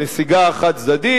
הנסיגה החד-צדדית,